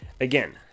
Again